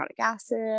acid